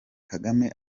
kagame